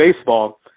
baseball